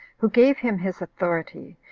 who gave him his authority,